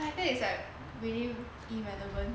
but I think it's like really irrelevant